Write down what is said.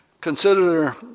Consider